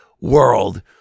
world